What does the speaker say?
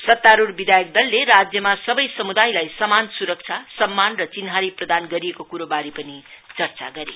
सत्तारुक्न विधायकदलले राज्यमा सबै समुदयलाई समान सुरक्षा सम्मान र चिन्हारी सप्रदान गरिएको कुरोबारे पनि चर्चा गरे